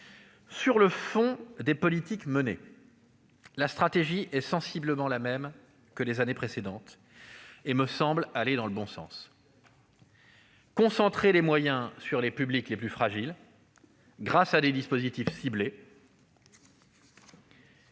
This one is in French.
Sur le fond des politiques menées, la stratégie, sensiblement la même qu'au cours des années précédentes, me paraît aller dans le bon sens : concentrer les moyens sur les publics les plus fragiles grâce à des dispositifs ciblés